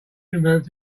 removed